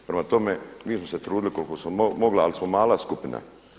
Prema tome, mi smo se trudili koliko smo mogli, ali smo mala skupina.